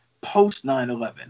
post-9-11